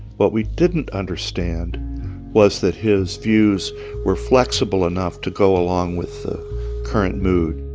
what we didn't understand was that his views were flexible enough to go along with the current mood